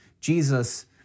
Jesus